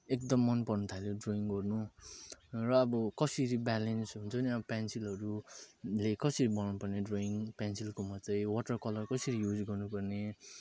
एकदम मनपर्नु थाल्यो ड्रइङ गर्नु र अब कसरी ब्यालेन्स हुन्छ नि अब पेन्सिलहरू ले कसरी बनाउनुपर्ने ड्रइङ पेन्सिलको म चाहिँ वाटर कलर कसरी युज गर्नुपर्ने